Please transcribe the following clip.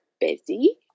busy